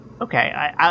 Okay